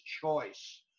choice